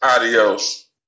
Adios